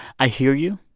i hear you.